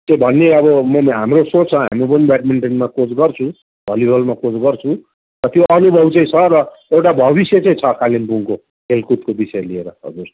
त्यो भन्ने अब हाम्रो सोचमा म पनि ब्याडमिन्टनमा कोच गर्छु भलिबलमा कोच गर्छु र त्यो अनुभव चाहिँ छ र एउटा भविष्य चाहिँ छ कालिम्पोङको खेलकुदको विषय लिएर हजुर